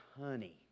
honey